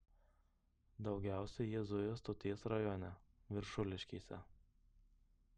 daugiausiai jie zuja stoties rajone viršuliškėse